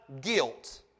guilt